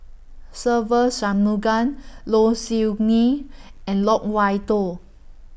Se Ve Shanmugam Low Siew Nghee and Loke Wan Tho